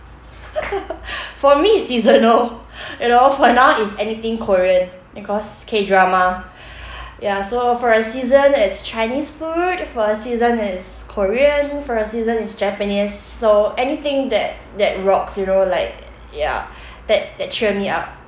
for me it's seasonal you know for now it's anything korean because K drama ya so for a season it's chinese food for a season it's korean for a season it's japanese so anything that that rocks you know like ya that that cheer me up